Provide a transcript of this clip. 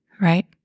Right